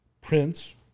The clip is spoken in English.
Prince